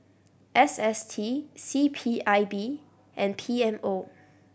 S S T C P I B and P M O